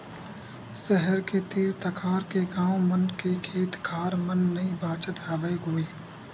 सहर के तीर तखार के गाँव मन के खेत खार मन नइ बाचत हवय गोय